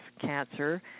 cancer